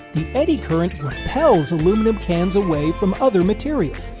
the eddy current repels aluminum cans away from other material.